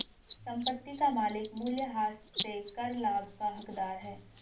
संपत्ति का मालिक मूल्यह्रास से कर लाभ का हकदार है